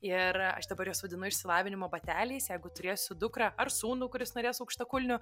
ir aš dabar juos vadinu išsilavinimo bateliais jeigu turėsiu dukrą ar sūnų kuris norės aukštakulnių